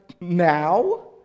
now